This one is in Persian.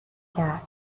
کرد